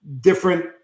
different